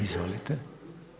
Izvolite.